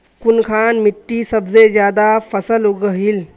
कुनखान मिट्टी सबसे ज्यादा फसल उगहिल?